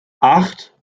acht